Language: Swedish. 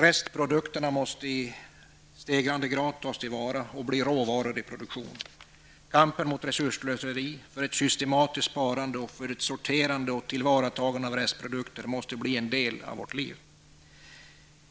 Restprodukterna måste i stegrande grad tas till vara och bli råvaror i produktionen. Kampen mot resursslöseri, för ett systematiskt sparande och för ett sorterande och tillvaratagande av restprodukter måste bli en del av vårt liv.